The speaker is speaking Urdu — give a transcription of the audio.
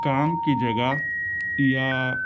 کام کی جگہ یا